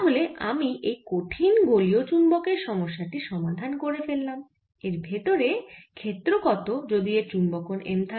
তাহলে আমি এই কঠিন গোলীয় চুম্বকের সমস্যা টির সমাধান করে ফেললাম এর ভেতরে ক্ষেত্র কত যদি এর চুম্বকন M থাকে